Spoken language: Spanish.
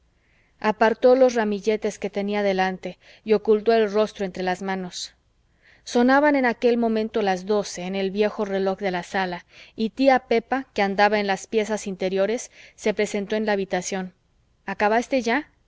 apartó los ramilletes que tenía delante y ocultó el rostro entre las manos sonaban en aquel momento las doce en el viejo reloj de la sala y tía pepa que andaba en las piezas interiores se presentó en la habitación acabaste ya